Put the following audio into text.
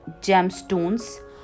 gemstones